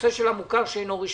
נושא המוכר שאינו רשמי.